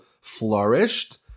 flourished